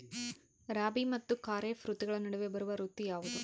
ರಾಬಿ ಮತ್ತು ಖಾರೇಫ್ ಋತುಗಳ ನಡುವೆ ಬರುವ ಋತು ಯಾವುದು?